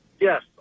Yes